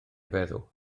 feddw